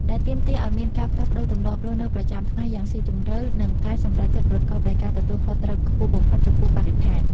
ដែលទាមទារឱ្យមានការផ្លាស់ប្តូរទម្លាប់រស់នៅប្រចាំថ្ងៃយ៉ាងស៊ីជម្រៅ និងការសម្រេចចិត្តប្រកបដោយការទទួលខុសត្រូវខ្ពស់បំផុតចំពោះបរិស្ថាន។